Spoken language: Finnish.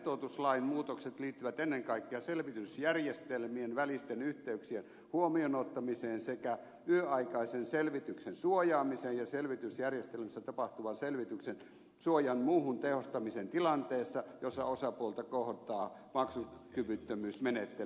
nettoutuslain muutokset liittyvät ennen kaikkea selvitysjärjestelmien välisten yhteyksien huomioon ottamiseen sekä yöaikaisen selvityksen suojaamiseen ja selvitysjärjestelmässä tapahtuvan selvityksen suojan muuhun tehostamiseen tilanteessa jossa osapuolta kohtaa maksukyvyttömyysmenettely